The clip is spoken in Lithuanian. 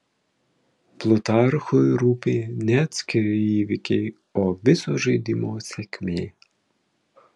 plutarchui rūpi ne atskiri įvykiai o viso žaidimo sėkmė